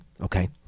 Okay